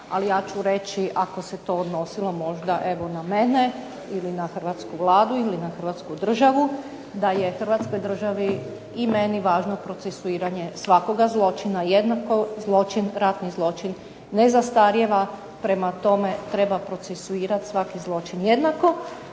Ali ja ću reći ako se to odnosilo možda evo na mene ili na hrvatsku Vladu ili na Hrvatsku državu, da je Hrvatskoj državi i meni važno procesuiranje svakoga zločina jednako zločin, jednako ratni zločin ne zastarijeva. Prema tome, treba procesuirati svaki zločin jednako.